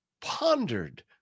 pondered